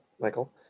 Michael